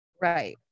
Right